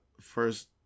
First